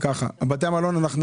ודבר נוסף,